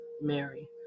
mary